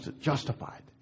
justified